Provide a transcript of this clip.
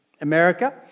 America